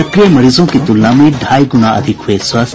सक्रिय मरीजों की तुलना में ढाई गुना अधिक हुये स्वस्थ